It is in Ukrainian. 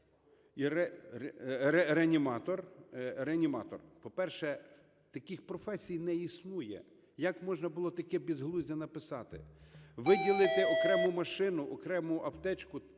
реаніматор". По-перше, таких професій не існує. Як можна було таке безглуздя написати? Виділити окрему машину, окрему аптечку,